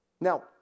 Now